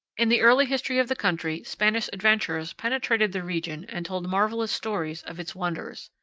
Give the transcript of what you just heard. in the early history of the country spanish adventurers penetrated the region and told marvelous stories of its wonders.